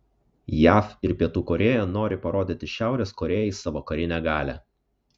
jav ir pietų korėja nori parodyti šiaurės korėjai savo karinę galią